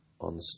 on